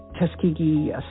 Tuskegee